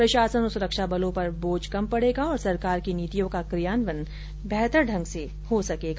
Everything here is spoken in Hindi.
प्रशासन तथा सुरक्षा बलों पर बोझ कम पड़ेगा और सरकार की नीतियों का क्रियान्वयन बेहतर ढंग से हो सकेगा